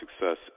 success